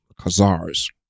Khazars